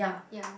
ya